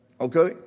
Okay